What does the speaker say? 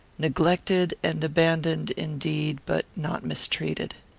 neglected and abandoned indeed, but not mistreated.